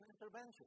intervention